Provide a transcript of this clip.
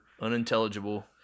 Unintelligible